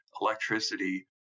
electricity